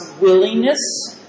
willingness